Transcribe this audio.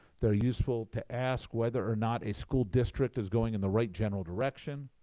they're useful to ask whether or not a school district is going in the right general direction.